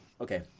okay